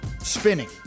spinning